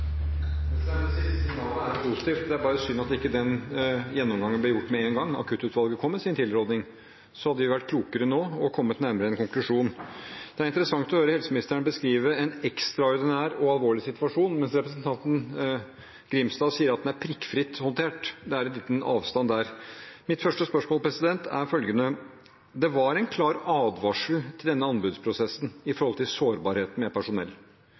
signalet er jo positivt, det er bare synd at ikke den gjennomgangen ble gjort med en gang Akuttutvalget kom med sin tilrådning. Da hadde vi vært klokere nå og kommet nærmere en konklusjon. Det er interessant å høre helseministeren beskrive en ekstraordinær og alvorlig situasjon, mens representanten Grimstad sier at den er prikkfritt håndtert. Det er en liten avstand der. Det var en klar advarsel til denne anbudsprosessen om sårbarheten med hensyn til personell, som ble fremmet fra pilotforeningen, fra LO, fra viktige folk som vet med